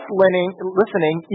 listening